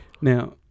Now